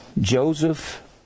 Joseph